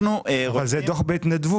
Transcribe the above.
אנחנו רוצים --- אבל זה דוח בהתנדבות.